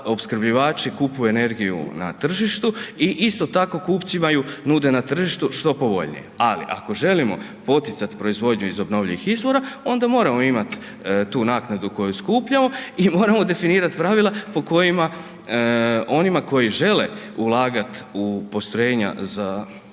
opskrbljivači kupuju energiju na tržištu i isto tako kupcima ju nude na tržištu što povoljnije. Ali ako želimo poticati proizvodnju iz obnovljivih izvora onda moramo imati tu naknadu koju skupljamo i moramo definirati pravila po kojima onima koji žele ulagati u postrojenja za